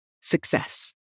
success